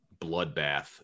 bloodbath